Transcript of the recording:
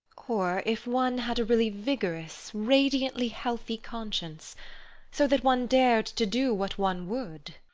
or if one had a really vigorous, radiantly healthy conscience so that one dared to do what one would.